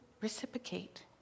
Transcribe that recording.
reciprocate